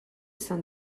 sein